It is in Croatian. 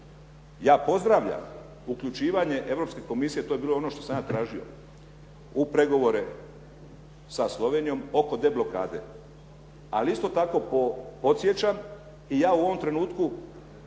ja pozdravljam uključivanje Europske komisije. To je bilo ono što sam ja tražio u pregovore sa Slovenijom oko deblokade. Ali isto tako podsjećam i ja u ovom trenutku